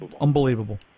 unbelievable